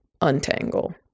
untangle